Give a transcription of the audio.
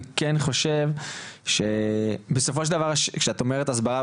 אני כן חושב שבסופו של דבר כשאת אומרת הסברה,